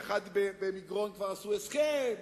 ובמגרון כבר עשו הסכם,